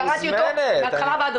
קראתי אותו מההתחלה ועד הסוף.